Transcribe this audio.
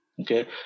Okay